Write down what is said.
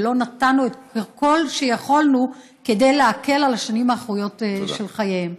ולא נתנו את כל שיכולנו כדי להקל עליהם בשנים האחרונות של חייהם.